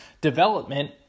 development